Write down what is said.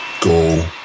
go